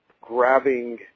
grabbing